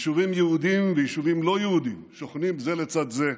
יישובים יהודיים ויישובים לא יהודיים שוכנים זה לצד זה,